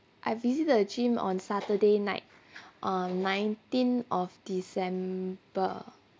I visit the gym on saturday night on nineteen of december